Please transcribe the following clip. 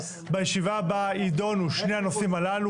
בישיבה הבאה ידונו שני הנושאים הללו.